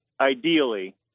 Ideally